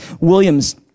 Williams